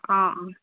অঁ অঁ